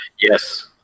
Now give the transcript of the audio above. Yes